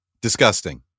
Disgusting